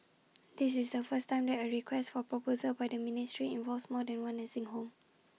this is the first time that A request for proposal by the ministry involves more than one nursing home